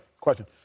Question